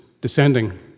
descending